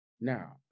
Now